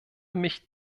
mich